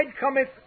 cometh